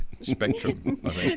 spectrum